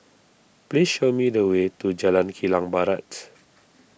please show me the way to Jalan Kilang Barat